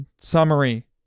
Summary